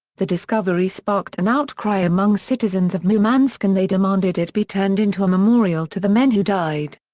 the discovery sparked an outcry among citizens of murmansk and they demanded it be turned into a memorial to the men who died.